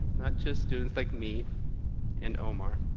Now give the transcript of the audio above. not just students like me and omar,